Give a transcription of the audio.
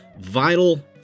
Vital